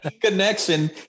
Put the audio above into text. connection